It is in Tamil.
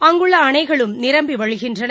அங்குள்ள அணைகளும் நிரம்பு வழிகின்றன